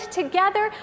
together